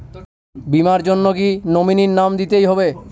বীমার জন্য কি নমিনীর নাম দিতেই হবে?